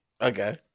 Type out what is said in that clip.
Okay